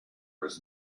was